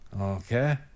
okay